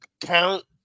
count